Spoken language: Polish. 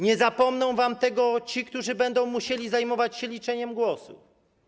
Nie zapomną wam tego ci, którzy będą musieli zajmować się liczeniem głosów.